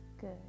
good